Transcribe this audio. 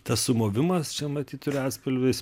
tas sumovimas čia matyt yra atspalvis